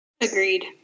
Agreed